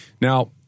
Now